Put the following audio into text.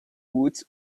woot